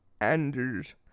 Anders